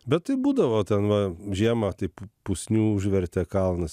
bet tai būdavo ten va žiemą taip pusnių užvertė kalnas